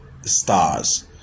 stars